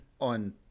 on